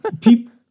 People